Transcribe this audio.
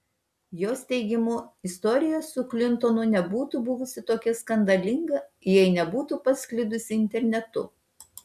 jos teigimu istorija su klintonu nebūtų buvusi tokia skandalinga jei nebūtų pasklidusi internetu